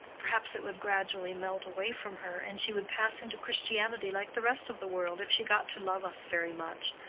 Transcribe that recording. perhaps it would gradually melt away from her, and she would pass into christianity like the rest of the world, if she got to love us very much,